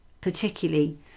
particularly